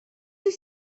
wyt